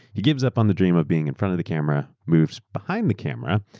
he gives up on the dream of being in front of the camera, moves behind the camera,